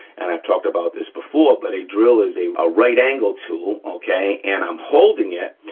and i've talked about this before, but a drill is a a right-angle tool, okay, and i'm holding it,